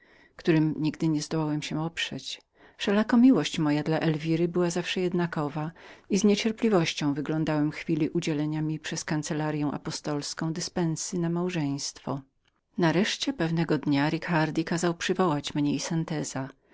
którym nigdy nie zdołałem się oprzeć wszelako miłość moja dla elwiry była zawsze jednakową i z niecierpliwością wyglądałem chwili udzielenia mi przez kancellaryą apostolską dyspensy na małżeństwomałżeństwo nareszcie pewnego dnia ricardi kazał przywołać mnie